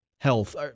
health